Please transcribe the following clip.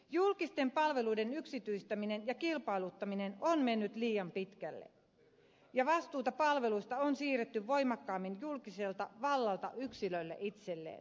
julkisten palveluiden yksityistäminen ja kilpailuttaminen on mennyt liian pitkälle ja vastuuta palveluista on siirretty voimakkaammin julkiselta vallalta yksilölle itselleen